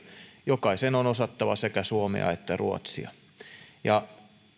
jokaisen on osattava sekä suomea että ruotsia